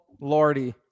Lordy